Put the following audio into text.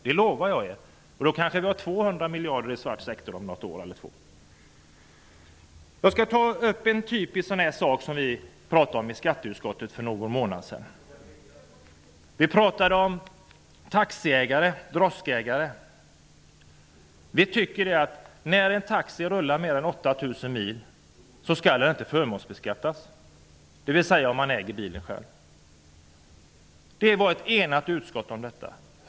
Det lovar jag. Då kanske vår svarta sektor om ett år eller två ligger på 200 miljarder kronor. Jag tänker ta upp ett typiskt ärende som vi i skatteutskottet talade om för någon månad sedan. Vi talade om taxiägare. Vi anser att när en taxi rullar mer än 8 000 mil per år skall taxiägaren inte beskattas för något förmånsvärde för bilen om han äger bilen själv. Utskottet var enigt om detta.